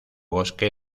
bosque